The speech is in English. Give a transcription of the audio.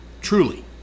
Truly